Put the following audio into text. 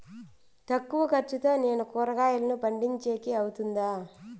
తక్కువ ఖర్చుతో నేను కూరగాయలను పండించేకి అవుతుందా?